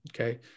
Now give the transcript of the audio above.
Okay